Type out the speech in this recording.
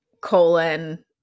colon